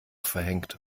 verhängt